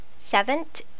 Seventh